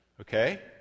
okay